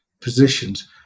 positions